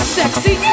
sexy